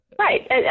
Right